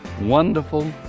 wonderful